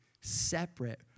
separate